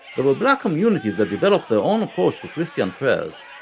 there were black communities that developed their own approach to christian prayers,